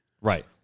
Right